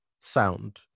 sound